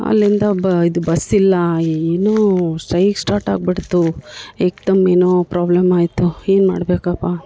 ಅಲ್ಲಿಂದ ಬ ಇದು ಬಸ್ ಇಲ್ಲ ಏನೂ ಸ್ಟ್ರೈಕ್ ಸ್ಟಾರ್ಟ್ ಆಗಿಬಿಡ್ತು ಏಕ್ ದಮ್ ಏನೋ ಪ್ರಾಬ್ಲಮ್ ಆಯಿತು ಏನು ಮಾಡಬೇಕಪ್ಪ